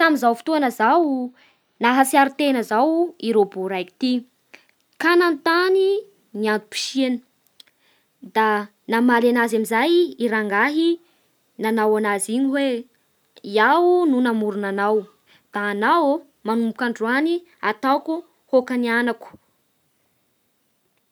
Tamin'izao fotoana izao, nahatsiaro tena zao i robot raiky ty ka nanontany ny antom-piasiany Da namaly anazy amizay i rangahy nanao anazy igny hoe: "iaho no namorona anao; da anao manomboka androany ataoko hôkany anako"